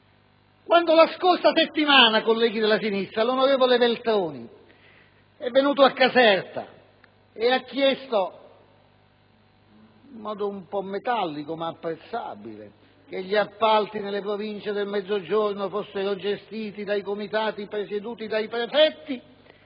Quando la scorsa settimana, colleghi della sinistra, l'onorevole Veltroni è venuto a Caserta e ha chiesto, in modo un po' metallico ma apprezzabile, che gli appalti nelle Province del Mezzogiorno fossero gestiti da comitati presieduti dai prefetti,